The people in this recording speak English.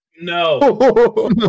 No